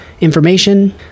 information